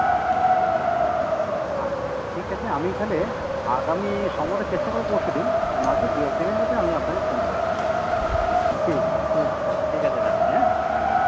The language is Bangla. আচ্ছা আচ্ছা ঠিক আছে আমি তাহলে আগামী সম্ভবত চেষ্টা করবো পরশু দিন নয়তো দু এক দিনের মধ্যে আমি আপনাকে ফোন করে নেবো ঠিক ঠিক আছে ঠিক আছে রাখছি হ্যাঁ